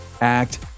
act